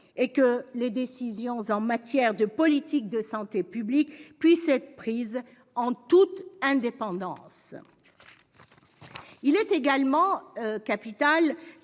que les décisions en matière de politique de santé publique puissent être prises en toute indépendance. Il est également capital